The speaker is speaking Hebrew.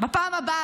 לא הבנתי.